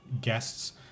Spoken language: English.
guests